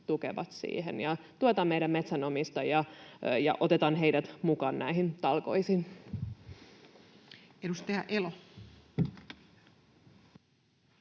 tukevat sitä. Tuetaan meidän metsänomistajia ja otetaan heidät mukaan näihin talkoisiin. [Speech 308]